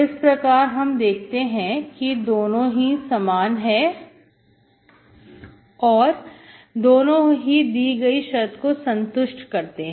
इस प्रकार हम देखते हैं कि दोनों ही समान है और दोनों ही दी गई शर्त को संतुष्ट करते हैं